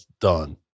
done